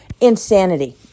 Insanity